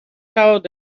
told